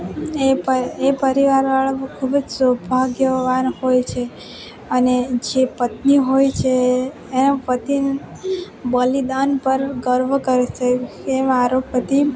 એ પરિવારવાળા ખૂબ જ સૌભાગ્યવાન હોય છે અને જે પત્ની હોય છે એ પતિ બલિદાન પર ગર્વ કરશે કે મારો પતિ